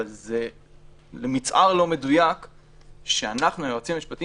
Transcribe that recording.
אבל למצער זה לא מדויק שאנחנו היועצים המשפטיים